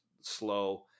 slow